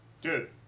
dude